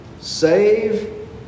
save